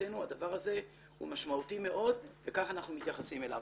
מבחינתנו הדבר הזה הוא משמעותי מאוד וכך אנחנו מתייחסים אליו.